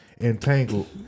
entangled